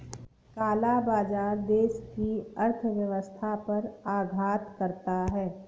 काला बाजार देश की अर्थव्यवस्था पर आघात करता है